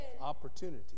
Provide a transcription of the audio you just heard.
Opportunity